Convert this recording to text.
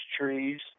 trees